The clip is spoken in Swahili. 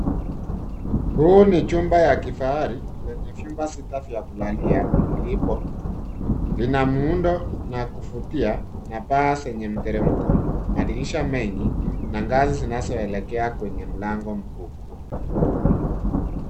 Huu ni chumba ya kifahari, lenye vyumba sita vya kulalia, ilipo. Lina muundo na kuvutia, na paa zenye mteremko, na dirisha mengi, na ngazi zinazoelekea kwenye mlango mkubwa.